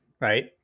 right